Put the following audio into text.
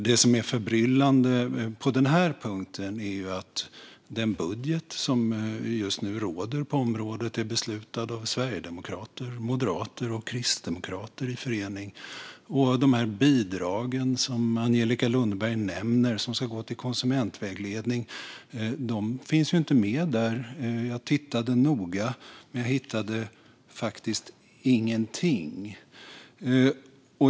Det som är förbryllande på den här punkten är att den budget som just nu råder på området är beslutad av sverigedemokrater, moderater och kristdemokrater i förening, och de bidrag som Angelica Lundberg nämner som ska gå till konsumentvägledning finns inte med där. Jag tittade noga, men jag hittade ingenting.